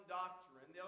doctrine